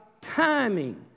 timing